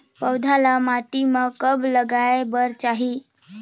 पौधा ल माटी म कब लगाए बर चाही?